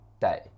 day